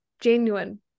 genuine